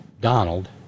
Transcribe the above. Donald